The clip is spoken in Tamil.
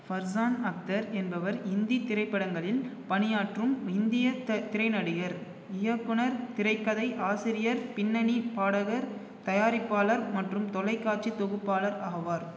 ஃபர்ஸான் அக்தர் என்பவர் இந்தித் திரைப்படங்களில் பணியாற்றும் இந்தியத் திரை நடிகர் இயக்குனர் திரைக்கதை ஆசிரியர் பின்னணி பாடகர் தயாரிப்பாளர் மற்றும் தொலைக்காட்சி தொகுப்பாளர் ஆவார்